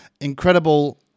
Incredible